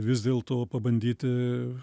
vis dėlto pabandyti